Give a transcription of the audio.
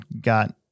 got